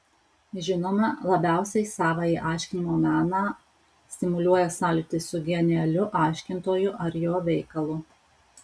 žinoma labiausiai savąjį aiškinimo meną stimuliuoja sąlytis su genialiu aiškintoju ar jo veikalu